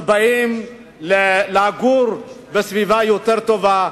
כשהם באים לגור בסביבה יותר טובה,